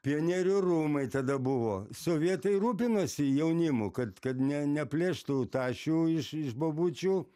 pionierių rūmai tada buvo sovietai rūpinosi jaunimu kad kad ne neplėštų tašių iš iš bobučių